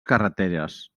carreteres